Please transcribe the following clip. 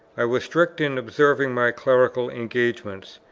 i was strict in observing my clerical engagements,